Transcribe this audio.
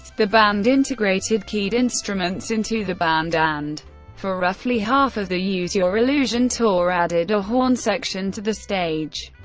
the band integrated keyed instruments into the band, and for roughly half of the use your illusion tour, added a horn section to the stage.